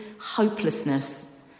hopelessness